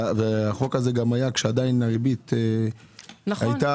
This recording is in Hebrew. והחוק הזה היה כשהריבית עדיין הייתה,